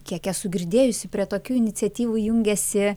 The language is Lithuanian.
kiek esu girdėjusi prie tokių iniciatyvų jungiasi